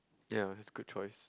ya but is good choice